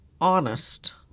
honest